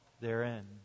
therein